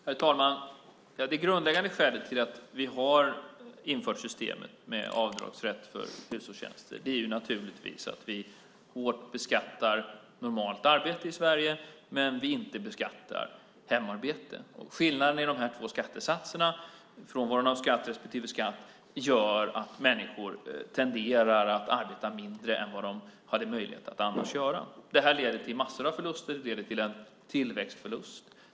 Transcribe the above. Herr talman! Det grundläggande skälet till att vi har infört systemet med avdragsrätt för hushållstjänster är naturligtvis att vi hårt beskattar normalt arbete i Sverige men inte beskattar hemarbete. Skillnaden i de här två skattesatserna, skatt respektive frånvaron av skatt, gör att människor tenderar att arbeta mindre än vad de annars hade möjlighet att göra. Det här leder till massor av förluster. Det leder till en tillväxtförlust.